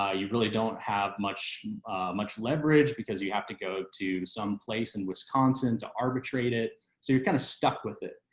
ah you really don't have much much leverage because you have to go to some place in wisconsin to arbitrate it so you're kind of stuck with it.